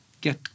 get